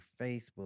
Facebook